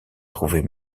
trouvait